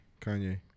Kanye